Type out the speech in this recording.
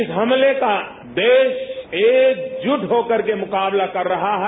इस हमले का देश एकजुट हो कर के मुकाबला कर रहा है